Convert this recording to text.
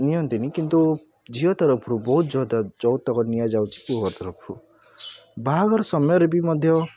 ନିଅନ୍ତିନି କିନ୍ତୁ ଝିଅ ତରଫରୁ ବହୁତ ଯୌତୁକ ନିଆଯାଉଛି ପୁଅ ଘର ତରଫରୁ ବାହାଘର ସମୟରେ ବି ମଧ୍ୟ